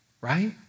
right